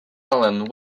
island